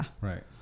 Right